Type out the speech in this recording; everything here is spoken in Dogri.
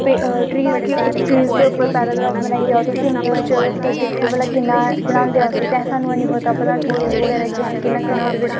घर तुस अगर आपूं गौ रक्खो बच्छी रक्खो डंगर रक्खो अपनैं तुसैं किन्नां बैनिफिट ऐ अपनै घर तिसेंगी देस्सी चीज़ थ्होई सकदी